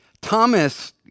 Thomas